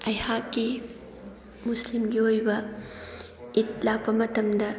ꯑꯩꯍꯥꯛꯀꯤ ꯃꯨꯁꯂꯤꯝꯒꯤ ꯑꯣꯏꯕ ꯏꯗ ꯂꯥꯛꯄ ꯃꯇꯝꯗ